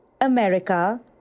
America